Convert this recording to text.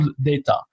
data